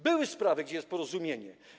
Były sprawy, gdzie jest porozumienie.